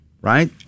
right